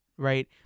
right